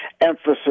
emphasis